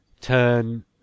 turn